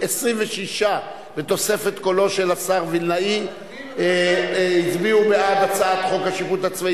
להמשיך ולהתקדם בהתאמה של הדין הצבאי